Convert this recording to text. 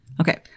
Okay